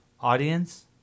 audience